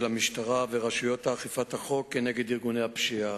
המשטרה ורשויות אכיפת החוק עם ארגוני הפשיעה.